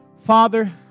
Father